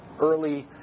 early